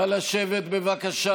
נא לשבת, בבקשה.